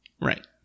Right